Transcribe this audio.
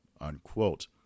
unquote